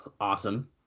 awesome